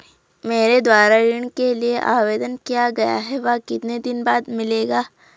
मेरे द्वारा ऋण के लिए आवेदन किया गया है वह कितने दिन बाद मिलेगा?